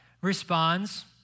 responds